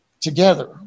together